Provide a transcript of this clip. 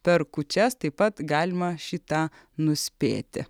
per kūčias taip pat galima šį tą nuspėti